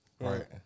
right